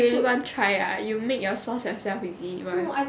!huh! you really want try ah you make your sauce yourself is it you want